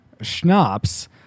schnapps